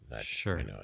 Sure